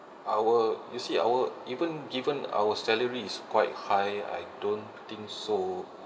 our you see our even given our salary is quite high I don't think so